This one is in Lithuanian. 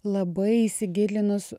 labai įsigilinus